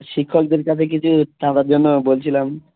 শিক্ষকদের কাছে কিছু চাঁদার জন্যে বলছিলাম